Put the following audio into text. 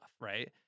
right